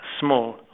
small